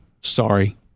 sorry